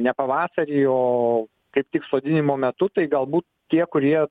ne pavasarį o kaip tik sodinimo metu tai galbūt tie kurie